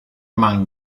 man